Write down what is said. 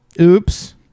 Oops